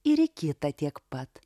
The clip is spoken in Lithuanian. ir į kitą tiek pat